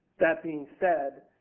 that being said,